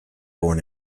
born